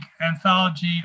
anthology